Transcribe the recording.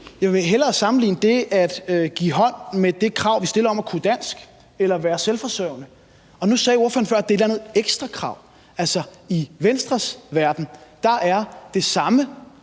jeg hellere sammenligne det at give hånd med det krav, vi stiller om at kunne dansk eller være selvforsørgende. Nu sagde ordføreren før, at det er et eller andet ekstrakrav, men i Venstres verden er det det samme